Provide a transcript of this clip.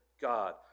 God